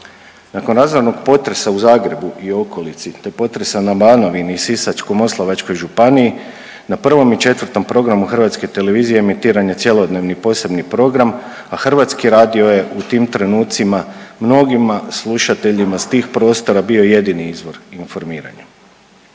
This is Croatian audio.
Nakon razornog potresa u Zagrebu i okolici te potresa na Banovini i Sisačko-moslavačkoj županiji, na 1. i 4. programu Hrvatske televizije emitiran je cjelodnevni posebni program, a Hrvatski radio je u tim trenucima mnogim slušateljima s tih prostora bio jedini izvor informiranja.